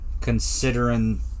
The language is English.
considering